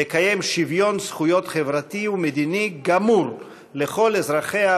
לקיים שוויון זכויות חברתי ומדיני גמור לכל אזרחיה,